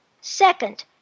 Second